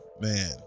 Man